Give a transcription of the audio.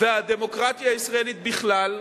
והדמוקרטיה הישראלית בכלל,